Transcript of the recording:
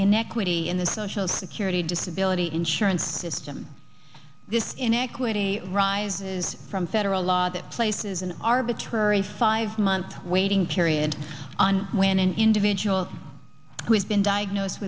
inequity in the social security disability insurance system this inequity rises from federal law that places an arbitrary five month waiting period on when an individual who has been diagnosed